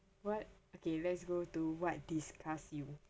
what okay let's go to what disgust you